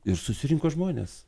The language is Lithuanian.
ir susirinko žmonės